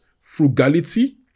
Frugality